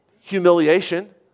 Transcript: humiliation